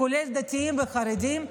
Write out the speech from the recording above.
כולל דתיים וחרדים,